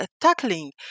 tackling